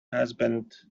husband